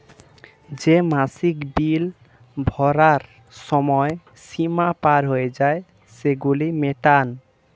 যেই মাসিক বিল ভরার সময় সীমা পার হয়ে যায়, সেগুলো মেটান